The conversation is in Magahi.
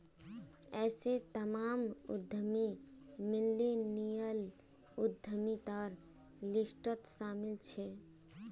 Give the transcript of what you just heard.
ऐसे तमाम उद्यमी मिल्लेनियल उद्यमितार लिस्टत शामिल छे